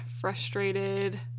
frustrated